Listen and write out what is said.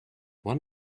one